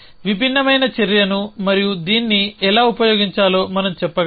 విభిన్నమైన చర్యను మరియు దీన్ని ఎలా ఉపయోగించాలో మనం చెప్పగలమా